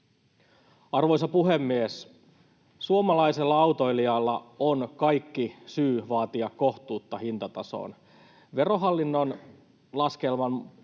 Arvoisa puhemies! Suomalaisella autoilijalla on kaikki syy vaatia kohtuutta hintatasoon. Verohallinnon laskelmassa